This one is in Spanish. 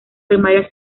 primaria